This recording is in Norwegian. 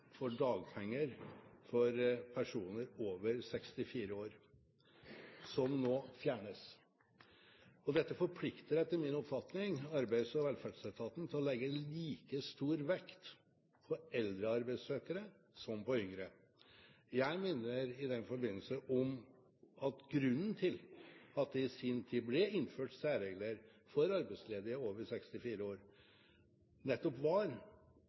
for dagpenger for personer over 64 år, som nå fjernes. Dette forplikter etter min oppfatning arbeids- og velferdsetaten til å legge like stor vekt på eldre arbeidssøkere som på yngre. Jeg minner i den forbindelse om at grunnen til at det i sin tid ble innført særregler for arbeidsledige over 64 år, nettopp var